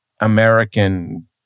American